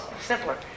Simpler